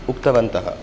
उक्तवन्तः